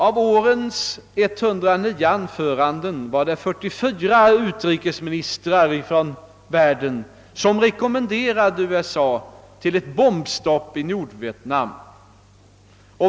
Av vårens 109 anföranden var det 44 utrikesministrar från den övriga världen som rekommenderade USA ett bombstopp i Vietnam.